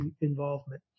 involvement